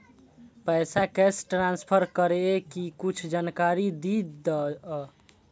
पैसा cash transfer करऐ कि कुछ जानकारी द दिअ